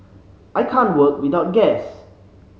I can't work without gas